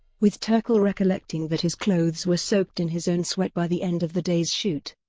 with turkel recollecting that his clothes were soaked in his own sweat by the end of the day's shoot.